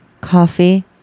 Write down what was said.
coffee